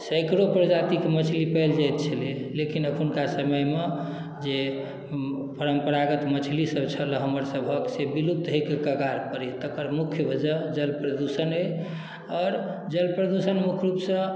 सैकड़ो प्रजातिके मछली पायल जाइत छलै लेकिन एखुनका समयमे जे परम्परागत मछलीसभ छलए हमरसभक से विलुप्त होइ के कगारपर अइ तकर मुख्य वजह जल प्रदूषण अइ आओर जल प्रदुषण मुख्य रूपसँ